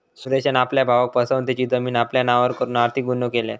सुरेशान आपल्या भावाक फसवन तेची जमीन आपल्या नावार करून आर्थिक गुन्हो केल्यान